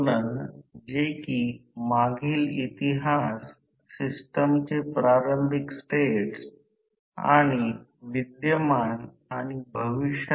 तर या प्रकरणात रोटर किंवा रोटर विंडिंग स्लिप रिंग्ज शी जोडली गेली आहे ज्याचा प्रारंभ सुरू होताना बाहेरील प्रतिरोध शॉर्ट केला जातो